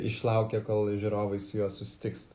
išlaukė kol žiūrovai su juo susitiks